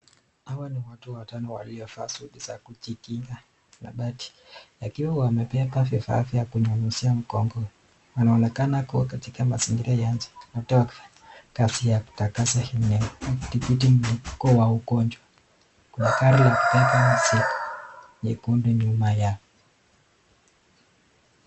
Hawa ni watu watano waliofaa suti za kujikinga na baadhi. Wakiwa wamebeba vifaa vya kunyunyizia mkongoni. Wanaonekana kuwa katika mazingira ya nje na tayari kufanya kazi ya kutakasa hili eneo wakidhibiti mlipuko wa ugonjwa. Kuna gari la kubeba mizigo jekundu nyuma yao.